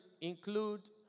include